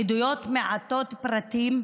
עדויות מעטות פרטים,